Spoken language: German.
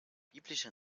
biblische